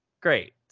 Great